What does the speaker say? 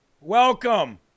welcome